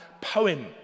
poem